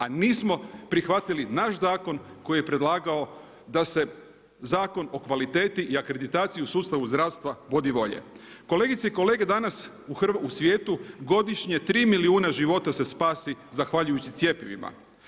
A nismo prihvatili naš zakon koji je predlagao da se zakon o kvaliteti i akreditaciji u sustavu zdravstva … Kolegice i kolege, danas u svijetu godišnje 3 milijuna života se spasi zahvaljujući cjepivima.